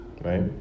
right